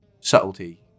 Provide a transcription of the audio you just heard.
Subtlety